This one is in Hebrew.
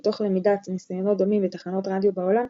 ומתוך למידת ניסיונות דומים בתחנות רדיו בעולם,